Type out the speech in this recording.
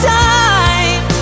time